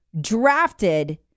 drafted